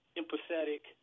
empathetic